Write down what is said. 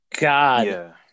God